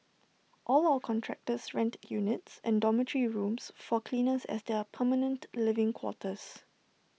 all our contractors rent units and dormitory rooms for cleaners as their permanent living quarters